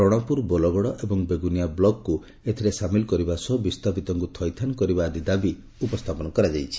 ରଣପୁର ବୋଲଗଡ ଏବଂ ବେଗୁନିଆ ବ୍ଲକକୁ ସାମିଲ କରିବା ସହ ବିସ୍ତାପିତଙ୍କୁ ଥଇଥାନ କରିବା ଆଦି ଦାବି ଉପସ୍ତାପନ କରାଯାଇଛି